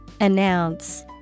Announce